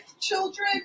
children